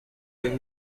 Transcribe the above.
iyi